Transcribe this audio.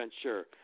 sure